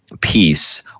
peace